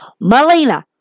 Melina